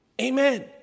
Amen